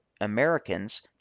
Americans